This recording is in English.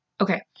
okay